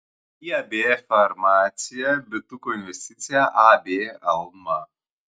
iab farmacija bituko investicija ab alma